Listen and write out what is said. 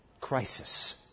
crisis